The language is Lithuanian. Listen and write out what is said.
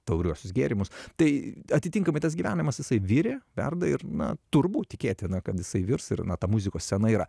tauriuosius gėrimus tai atitinkamai tas gyvenimas jisai virė verda ir na turbūt tikėtina kad jisai virs ir na ta muzikos scena yra